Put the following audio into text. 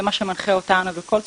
זה מה שמנחה אותנו ב'כל זכות',